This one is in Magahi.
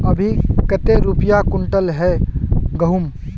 अभी कते रुपया कुंटल है गहुम?